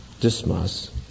Dismas